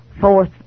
fourth